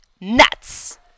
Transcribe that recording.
nuts